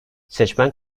seçmen